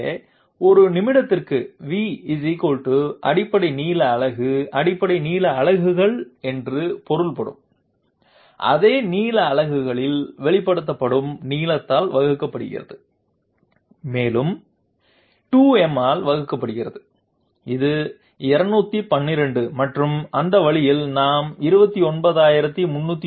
எனவே ஒரு நிமிடத்திற்கு V அடிப்படை நீள அலகு அடிப்படை நீள அலகுகள் என்று பொருள்படும் அதே நீள அலகுகளில் வெளிப்படுத்தப்படும் நீளத்தால் வகுக்கப்படுகிறது இது மேலும் 2m ஆல் வகுக்கப்படுகிறது இது 212 மற்றும் அந்த வழியில் நாம் 29309